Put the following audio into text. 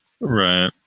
Right